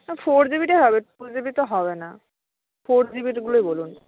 না ফোর জিবিটাই হবে টু জিবিতে হবে না ফোর জিবিরগুলোই বলুন